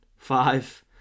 five